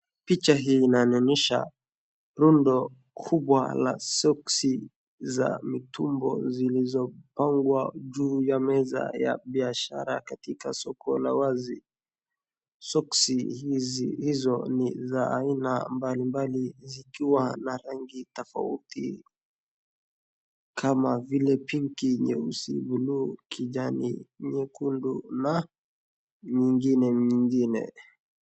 Picha hii inanionyesha rundo kubwa la soksi za mitumba zilizokongwa juu ya meza ya biashara katika soko la wazi. Soksi hizo ni za aina mbalimbali zikiwa na rangi tofauti kama vile pinki, nyeusi, buluu, kijani, nyekundu na nyingine nyingine.